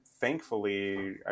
thankfully